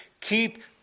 keep